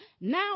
Now